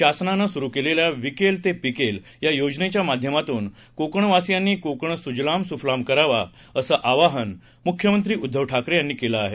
शासनानं सुरू केलेल्या विकेल ते पिकेल या योजनेच्या माध्यमातून कोकणवासीयांनी कोकण सुजलाम सुफलाम करावा असं आवाहन मुख्यमंत्री उद्दव ठाकरे यांनी केलं आहे